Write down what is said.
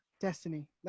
Destiny